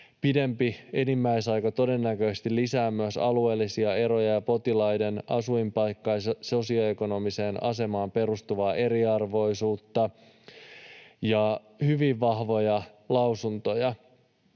Pidempi enimmäisaika todennäköisesti lisää myös alueellisia eroja ja potilaiden asuinpaikkaan ja sosioekonomiseen asemaan perustuvaa eriarvoisuutta.” Hyvin vahvoja lausuntoja.